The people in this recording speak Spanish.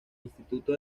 instituto